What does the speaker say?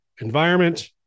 environment